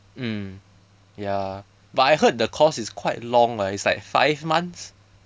mm ya but I heard the course is quite long eh it's like five months